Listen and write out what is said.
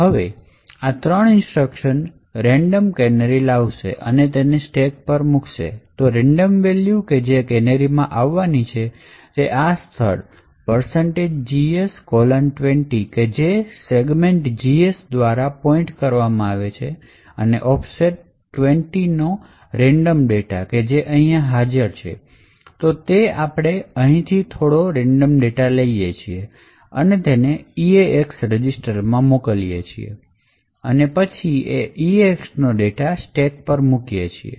હવે આ ત્રણ ઇન્સ્ટ્રક્શન રેન્ડમ કેનેરી લાવશે અને તેને સ્ટેક પર મુકશે તો રેન્ડમ વેલ્યુ કે જે કેનેરી માં આવવાની છે તે આ સ્થળ gs20 કે જે સેગમેન્ટ GS દ્વારા પોઇન્ટ કરવામાં આવે છે અને ઓફસેટ 20નો રેન્ડમ ડેટા કે જે અહીંયા હાજર છે તે છે તો આપણે અહીંથી થોડો રેન્ડમ ડેટા લઈએ છીએ અને તેને EAX રજીસ્ટરમાં મોકલીએ છીએ અને પછી એ EAX નો ડેટા સ્ટેક પર મૂકીએ છીએ